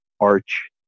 Arch